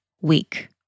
week